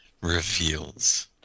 reveals